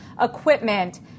equipment